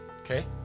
okay